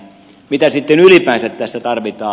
mitä sitten ylipäänsä tässä tarvitaan